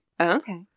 Okay